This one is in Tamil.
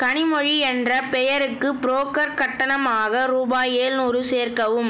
கனிமொழி என்ற பெயருக்கு புரோக்கர் கட்டணமாக ரூபாய் ஏழுநூறு சேர்க்கவும்